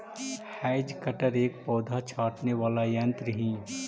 hedge cutter एक पौधा छाँटने वाला यन्त्र ही